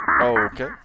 okay